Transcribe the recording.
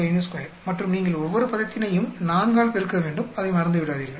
452 மற்றும் நீங்கள் ஒவ்வொரு பதத்தினையும் 4 ஆல் பெருக்க வேண்டும் அதை மறந்துவிடாதீர்கள்